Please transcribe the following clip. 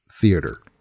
Theater